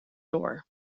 door